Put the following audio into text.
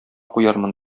куярмын